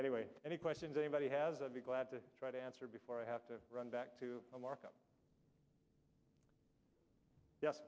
anyway any questions a body has i'd be glad to try to answer before i have to run back to the markup